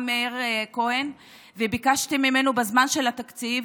מאיר כהן וביקשתי ממנו בזמן של התקציב